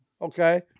Okay